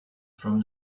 from